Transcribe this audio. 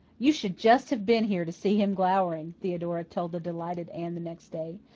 you should just have been here to see him glowering, theodora told the delighted anne the next day.